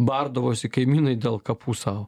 bardavosi kaimynai dėl kapų sau